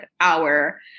hour